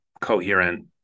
coherent